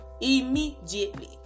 immediately